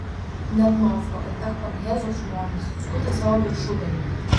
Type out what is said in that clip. net nofo ir tachpanheso žmonės skuta savo viršugalvį